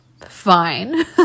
fine